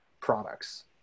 products